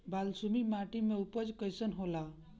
बालसुमी माटी मे उपज कईसन होला?